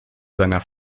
seiner